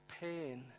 pain